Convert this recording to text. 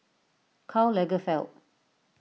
Karl Lagerfeld